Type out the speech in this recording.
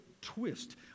twist